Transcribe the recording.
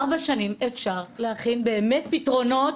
בארבע שנים אפשר להכין באמת פתרונות.